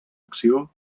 acció